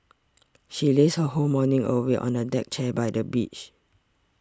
she lazed her whole morning away on a deck chair by the beach